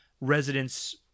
Residents